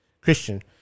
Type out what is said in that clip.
Christian